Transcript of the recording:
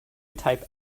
type